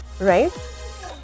right